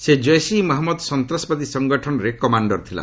ସେ ଜୈସ୍ ଇ ମହମ୍ମଦ ସନ୍ତାସବାଦୀ ସଂଗଠନରେ କମାଣ୍ଡର ଥିଲା